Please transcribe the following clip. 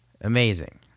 amazing